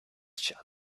shut